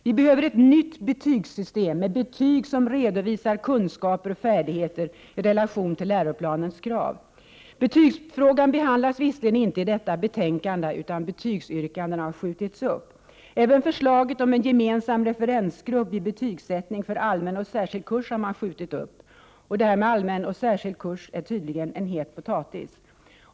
Vi behöver ett nytt betygssystem med betyg som redovisar kunskaper och färdigheter i relation till läroplanens krav. Betygsfrågan behandlas visserligen inte i detta betänkande, utan betygsyrkandena har skjutits upp. Även förslaget om en gemensam referensgrupp vid betygsättning för allmän och särskild kurs har man skjutit upp. Detta med allmän och särskild kurs är tydligen en het potatis.